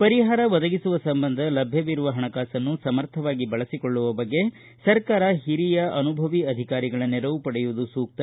ಪರಿಹಾರ ಒದಗಿಸುವ ಸಂಬಂಧ ಲಭ್ಯವಿರುವ ಹಣಕಾಸನ್ನು ಸಮರ್ಥವಾಗಿ ಬಳಸಿಕೊಳ್ಳುವ ಬಗ್ಗೆ ಸರ್ಕಾರ ಹಿರಿಯ ಅನುಭವಿ ಅಧಿಕಾರಿಗಳ ನೆರವು ಪಡೆಯುವುದು ಸೂಕ್ತ